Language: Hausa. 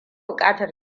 bukatar